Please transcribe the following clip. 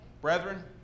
Brethren